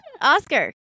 Oscar